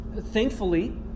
Thankfully